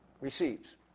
receives